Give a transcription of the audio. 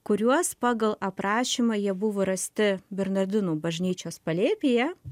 kuriuos pagal aprašymą jie buvo rasti bernardinų bažnyčios palėpėje